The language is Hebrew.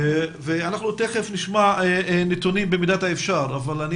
אנחנו תכף נשמע נתונים במידת האפשר אבל אני